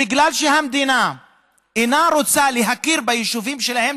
בגלל שהמדינה אינה רוצה להכיר ביישובים שלהם,